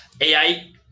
AI